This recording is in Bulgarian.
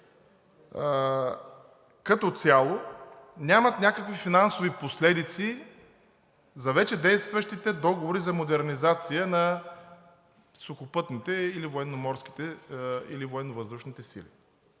като цяло нямат някакви финансови последици за вече действащите договори за модернизация на сухопътните, военноморските или военновъздушните сили.